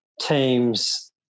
teams